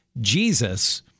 Jesus